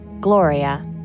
Gloria